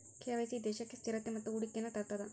KYC ದೇಶಕ್ಕ ಸ್ಥಿರತೆ ಮತ್ತ ಹೂಡಿಕೆಯನ್ನ ತರ್ತದ